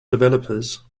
developers